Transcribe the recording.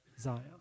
Zion